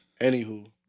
Anywho